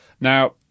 Now